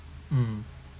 mm